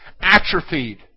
atrophied